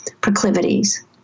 proclivities